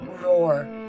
roar